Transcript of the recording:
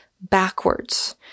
backwards